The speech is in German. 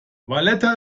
valletta